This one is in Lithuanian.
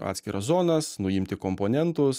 atskiras zonas nuimti komponentus